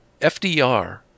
FDR